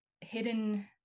hidden